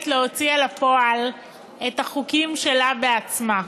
להוציא אל הפועל את החוקים שלה בעצמה.